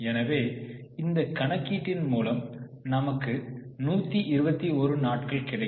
எனவே இந்த கணக்கீட்டின் மூலம் நமக்கு 121 நாட்கள் கிடைக்கும்